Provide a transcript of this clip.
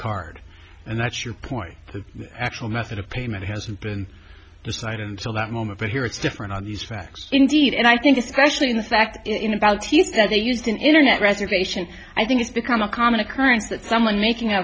card and that's your point the actual method of payment hasn't been decided until that moment but here it's different on these facts indeed and i think especially in the fact in about two years that they used an internet reservation i think it's become a common occurrence that someone making